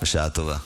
בשעה טובה.